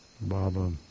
Baba